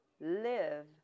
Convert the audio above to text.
live